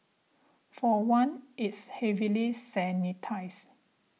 for one it's heavily sanitised